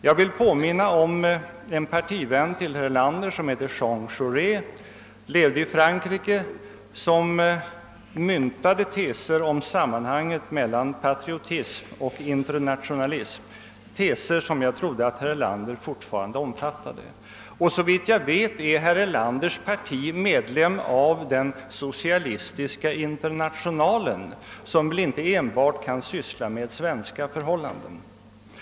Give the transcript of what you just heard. Jag vill påminna om en partivän till herr Erlander vid namn Jean Jaurés, som levde i Frankrike och som myntade utmärkta teser om sammanhanget mellan patriotism och internationalism, teser som jag trodde att herr Erlander fortfarande omfattade. Såvitt jag vet är herr Erlanders parti också medlem av Socialistiska internationalen, som väl inte enbart sysslar med svenska förhållanden.